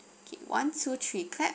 okay one two three clap